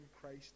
Christ